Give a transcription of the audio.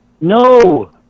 No